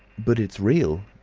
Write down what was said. but it's real!